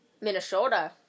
Minnesota